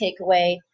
takeaway